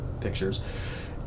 pictures